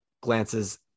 glances